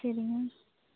சரிங்க